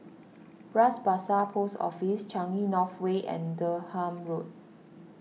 Bras Basah Post Office Changi North Way and Durham Road